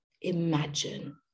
Imagine